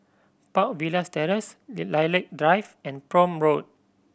Park Villas Terrace Lilac Drive and Prome Road